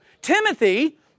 Timothy